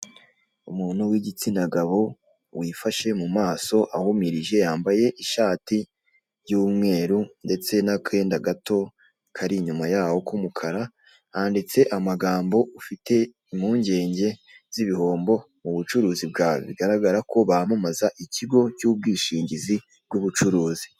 Umuntu w'igitsina gabo wifashe mu maso ahumirije yambaye ishati y'umweru ndetse n'akenda gato kari inyuma yaho k'umukara handitse amagambo, "ufite impungenge z'ibihombo mu bucuruzi bwawe?" Bigaragara ko bamamaza ikigo cy'ubwishingizi bw'ubucuruzi.